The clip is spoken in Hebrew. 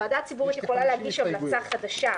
הוועדה הציבורית יכולה להגיש המלצה חדשה,